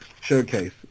showcase